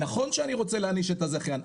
נכון שאני רוצה להעניש את הזכיין,